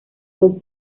los